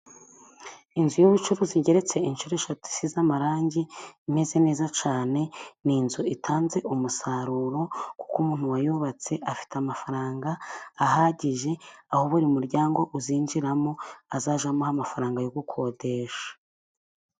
Inzu y'ubucuruzi igeretse inshuro eshatu，isize z'amarangi imeze neza cyane，ni inzu itanze umusaruro， kuko umuntu wayubatse afite amafaranga ahagije， aho buri muryango uzinjiramo， azajya amuha amafaranga yo gukodesha.